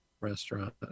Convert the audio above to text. restaurant